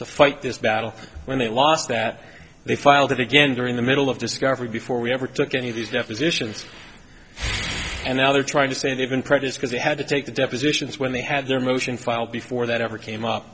to fight this battle when they lost that they filed it again during the middle of discovery before we ever took any of these depositions and now they're trying to say they've been present because they had to take the depositions when they had their motion filed before that ever came up